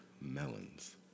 melons